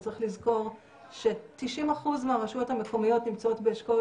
צריך לזכור ש-90% מהרשויות המקומיות נמצאות באשכול